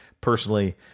personally